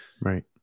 right